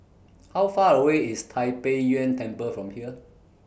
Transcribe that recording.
How Far away IS Tai Pei Yuen Temple from here